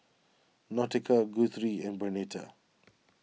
Nautica Guthrie and Bernita